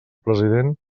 president